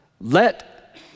let